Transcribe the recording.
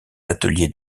ateliers